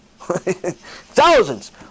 Thousands